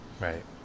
right